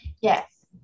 Yes